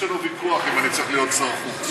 יש לנו ויכוח אם אני צריך להיות שר חוץ.